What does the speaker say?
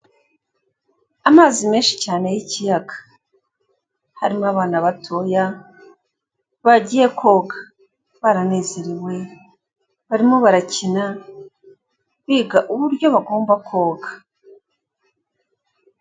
Amazi menshi cyane y'ikiyaga, harimo abana batoya bagiye koga, baranezerewe, barimo barakina, biga uburyo bagomba koga.